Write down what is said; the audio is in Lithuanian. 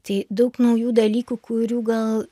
tai daug naujų dalykų kurių gal